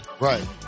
Right